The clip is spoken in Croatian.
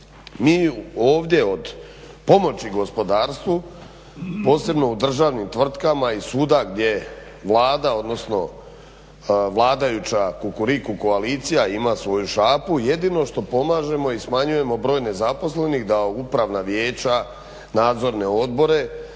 Mi ovdje od pomoći gospodarstvu posebno u državnim tvrtkama i svuda gdje Vlada odnosno vladajuća Kukuriku koalicija ima svoju šapu, jedino što pomažemo i smanjujemo broj nezaposlenih da u Upravna vijeća, Nadzorne odbore